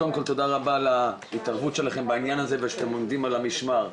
קודם כל תודה רבה על ההתערבות שלכם בעניין הזה ושאתם עומדים על המשמר,